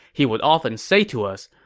he would often say to us,